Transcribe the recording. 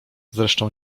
zresztą